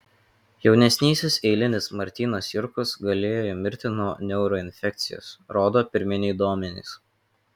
jaunesnysis eilinis martynas jurkus galėjo mirti nuo neuroinfekcijos rodo pirminiai duomenys